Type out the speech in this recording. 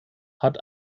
hat